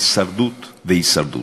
הישרדות והישרדות.